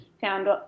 found